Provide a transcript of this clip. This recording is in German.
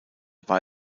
war